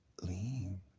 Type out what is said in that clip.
lean